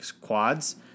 quads